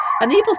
unable